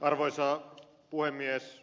arvoisa puhemies